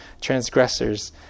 transgressors